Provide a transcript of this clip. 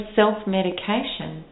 self-medication